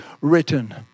written